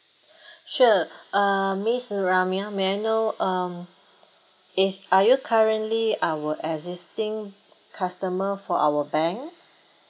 sure uh miss ramia may I know um is are you currently our existing customer for our bank